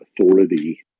authority